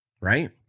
right